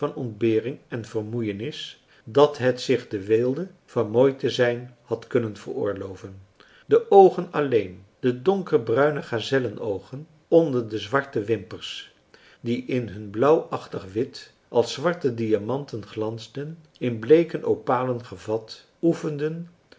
ontbering en vermoeienis dat het zich de weelde van mooi te zijn had kunnen veroorloven de oogen alleen de donkerbruine gazellen oogen onder de zwarte wimpers die in hun blauwachtig wit als zwarte diamanten glansden in bleeke opalen gevat oefenden